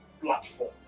platform